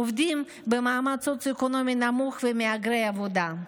עובדים במעמד סוציו-אקונומי נמוך ומהגרי עבודה.